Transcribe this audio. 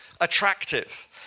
attractive